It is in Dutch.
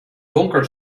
donker